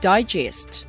Digest